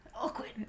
Awkward